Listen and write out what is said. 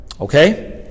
Okay